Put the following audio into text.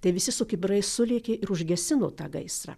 tai visi su kibirais sulėkė ir užgesino tą gaisrą